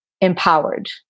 empowered